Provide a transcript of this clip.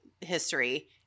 history